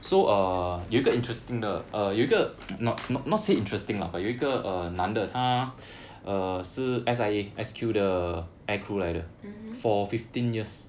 mmhmm